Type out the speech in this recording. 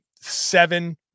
seven